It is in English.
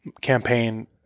campaign